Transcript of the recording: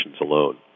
alone